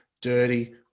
dirty